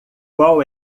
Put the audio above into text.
qual